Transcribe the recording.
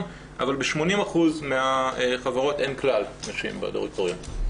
אבל ב-80% מהחברות אין כלל נשים בדירקטוריון.